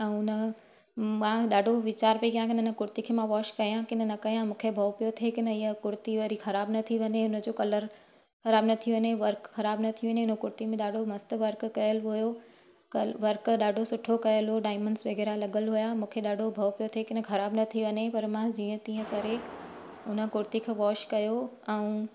ऐं हुन मां ॾाढो वीचार पई कयां की हिन न कुर्ती खे मां वॉश कयां कीन न कयां मूंखे भओ पियो थिए की न इहा कुर्ती वरी ख़राब न थी वञे हुन जो कलर ख़राब न थी वञे वर्क ख़राब न थी वञे हिन कुर्ती में ॾाढो मस्त वर्क कयलु हुओ कल वर्क ॾाढो सुठो कयलु हुओ डायमंड्स वग़ैरह लॻियलु हुआ मूंखे ॾाढो भओ पियो थिए की न ख़राब न थी वञे पर मां जीअं तीअं करे हुन कुर्ती खे वॉश कयो ऐं